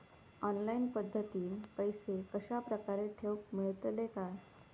Online पद्धतीन पैसे कश्या प्रकारे ठेऊक मेळतले काय?